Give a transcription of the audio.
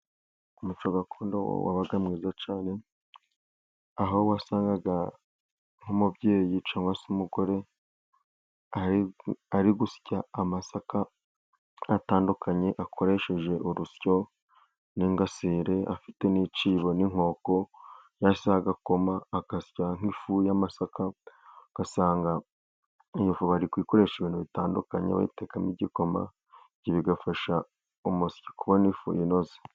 Umuco gakondo wabaga mwiza cyane, aho wasangaga nk'umubyeyi cyangwa se umugore ari gusya amasaka atandukanye akoresheje urusyo, n'ingasire afite n'icyibo, n'inkoko, yasizeho agakoma, agasya nk'ifu y'amasaka ugasanga iyo fu bari kuyikoresha ibintu bitandukanye bayitekamo igikoma, ibyo bigafasha umusyi kubona ifu inoze.